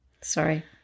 Sorry